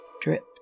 drip